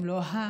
אם לא ה-,